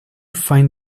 find